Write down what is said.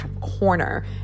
corner